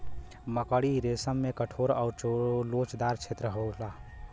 मकड़ी रेसम में कठोर आउर लोचदार छेत्र होला